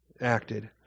acted